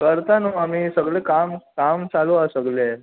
करता न्हू आमी सगळें काम काम चालू आहा सगलें